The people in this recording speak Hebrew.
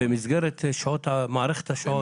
במסגרת מערכת השעות.